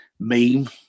meme